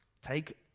take